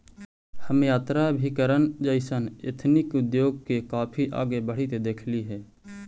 हम यात्राभिकरण जइसन एथनिक उद्योग के काफी आगे बढ़ित देखली हे